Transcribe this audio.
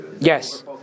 Yes